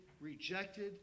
rejected